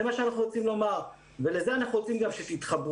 זה מה שאנחנו רוצים לומר ולזה אנחנו רוצים גם שתתחברו.